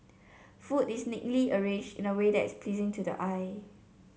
food is neatly arranged in a way that is pleasing to the eye